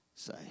say